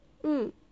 mm